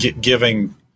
giving